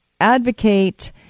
advocate